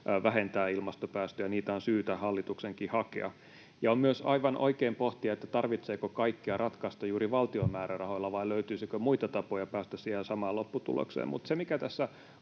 vähentää ilmastopäästöjä, niitä on syytä hallituksenkin hakea. On myös aivan oikein pohtia, tarvitseeko kaikkea ratkaista juuri valtion määrärahoilla vai löytyisikö muita tapoja päästä siihen samaan lopputulokseen.